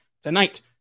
tonight